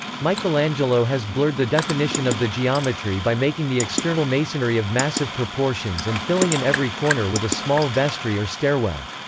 michelangelo has blurred the definition of the geometry by making the external masonry of massive proportions and filling in every corner with a small vestry or stairwell.